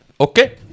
Okay